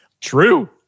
true